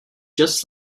just